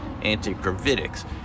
antigravitics